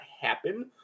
happen